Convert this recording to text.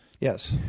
Yes